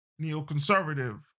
neoconservative